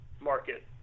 market